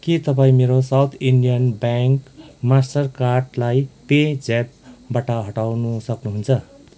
के तपाईँ मेरो साउथ इन्डियन ब्याङ्क मास्टरकार्डलाई पेज्यापबाट हटाउन सक्नुहुन्छ